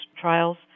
trials